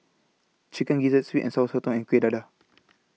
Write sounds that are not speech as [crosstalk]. Chicken Gizzard Sweet and Sour Sotong and Kuih Dadar [noise]